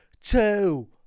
two